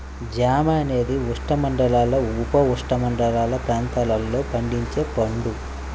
జామ అనేది ఉష్ణమండల, ఉపఉష్ణమండల ప్రాంతాలలో పండించే పండు